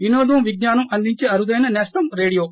వినోదం విజ్ఞానం అందించే అరుదైన నేస్తం రేడియో